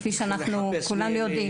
כפי שכולנו יודעים.